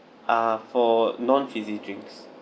ah for non fizzy drinks